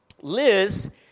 Liz